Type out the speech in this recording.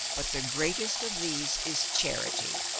but the greatest of these is charity.